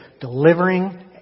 delivering